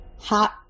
Hot